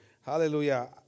Hallelujah